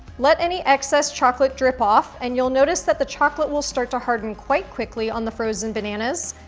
let any excess chocolate drip off and you'll notice that the chocolate will start to harden quite quickly on the frozen bananas,